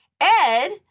Ed